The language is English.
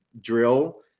drill